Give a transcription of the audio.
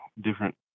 different